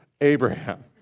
Abraham